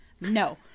no